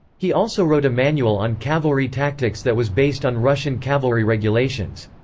he also wrote a manual on cavalry tactics that was based on russian cavalry regulations.